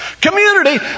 Community